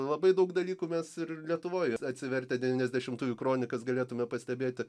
labai daug dalykų mes ir lietuvoj atsivertę devyniasdešimtųjų kronikas galėtume pastebėti